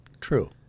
True